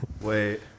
wait